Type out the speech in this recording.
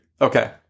Okay